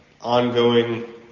ongoing